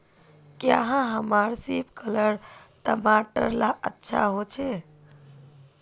क्याँ हमार सिपकलर टमाटर ला अच्छा होछै?